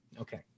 Okay